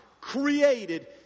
created